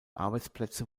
arbeitsplätze